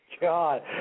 God